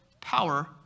power